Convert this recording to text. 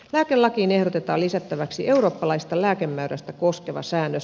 lääkelakiin ehdotetaan lisättäväksi eurooppalaista lääkemääräystä koskeva säännös